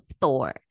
Thor